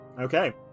Okay